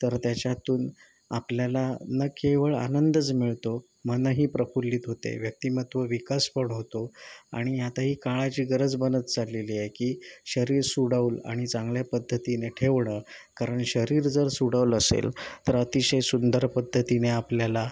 तर त्याच्यातून आपल्याला न केवळ आनंदच मिळतो मनही प्रफुल्लित होते व्यक्तिमत्व विकास पण होतो आणि आता ही काळाची गरज बनत चाललेली आहे की शरीर सुडौल आणि चांगल्या पद्धतीने ठेवणं कारण शरीर जर सुडौल असेल तर अतिशय सुंदर पद्धतीने आपल्याला